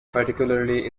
particularly